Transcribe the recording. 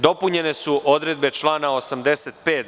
Dopunjene su odredbe člana 85.